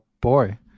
boy